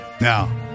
Now